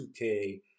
2K